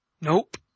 Nope